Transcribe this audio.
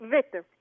Victor